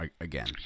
again